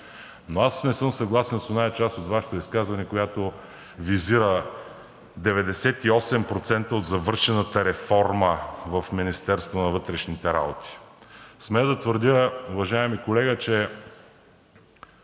Но аз не съм съгласен с онази част от Вашето изказване, която визира 98% от завършената реформа в Министерството на вътрешните работи. Смея да твърдя, уважаеми колега, че